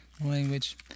language